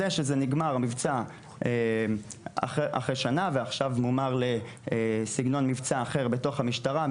זה שהמבצע נגמר אחרי שנה ועכשיו מומר לסגנון מבצע אחר בתוך המשטרה,